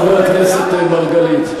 חבר הכנסת מרגלית.